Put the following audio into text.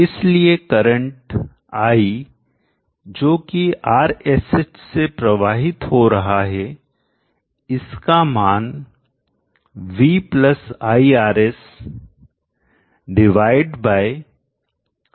इसलिए current I जो कि RSH से प्रवाहित हो रहा है इसका मान v iRs डिवाइड बाय भागित RSH होगा